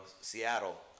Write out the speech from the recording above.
seattle